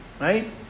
Right